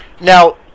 Now